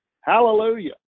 hallelujah